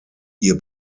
ihr